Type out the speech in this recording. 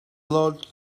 lot